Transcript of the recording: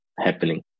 Happening